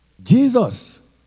Jesus